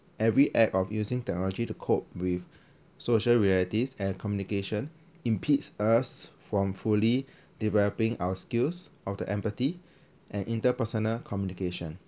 every act of using technology to cope with social realities and communication impedes us from fully developing our skills of the empathy and interpersonal communication